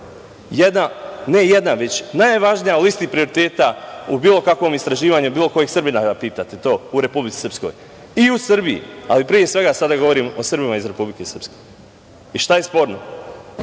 jedna, ne jedna, već najvažnija na listi prioriteta u bilo kakvom istraživanju, bilo kog Srbina da pitate to u Republici Srpsko, i u Srbiji, ali pre svega, sada govorim o Srbima iz Republike Srpske. Šta je sporno?